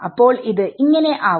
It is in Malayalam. അപ്പോൾ ഇത് ആവും